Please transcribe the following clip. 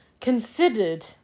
considered